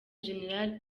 general